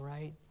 right